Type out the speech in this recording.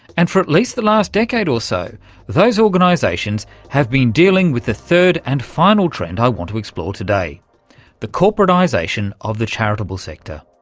and for at least the last decade or so those organisations have been dealing with the third and final trend i want to explore today the corporatisation of the charitable sector.